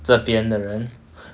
这边的人